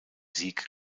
sieg